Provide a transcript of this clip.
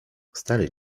stary